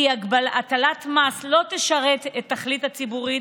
כי הטלת מס לא תשרת את התכלית הציבורית,